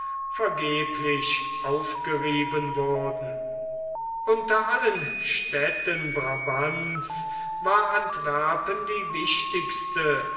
vergeblich aufgerieben wurden unter allen städten brabants war antwerpen die wichtigste